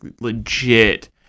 legit